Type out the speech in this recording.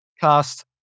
Cast